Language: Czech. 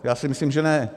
Já myslím, že ne.